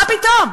מה פתאום?